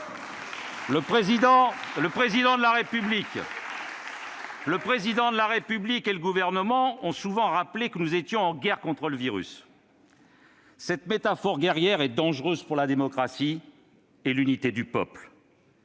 le Président de la République et le Gouvernement ont souvent rappelé que nous étions en guerre contre le virus. Cette métaphore guerrière est dangereuse pour la démocratie et l'unité du peuple,